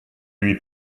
lui